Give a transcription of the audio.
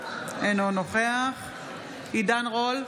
אינו נוכח עידן רול,